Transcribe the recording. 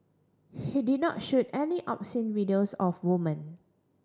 he did not shoot any obscene videos of woman